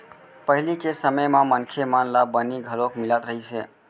पहिली के समे म मनखे मन ल बनी घलोक मिलत रहिस हे